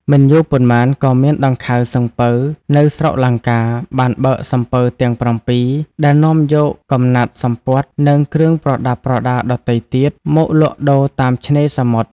មិនយូរប៉ុន្មានក៏មានដង្ខៅសំពៅនៅស្រុកលង្កា បានបើកសំពៅទាំង ៧ ដែលនាំយកកំណាត់សំពត់ និង គ្រឿងប្រដាប់ប្រដារដទៃទៀត មកលក់ដូរតាមឆ្នេរសមុទ្រ ។